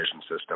system